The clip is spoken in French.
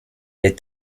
est